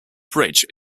bridge